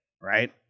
right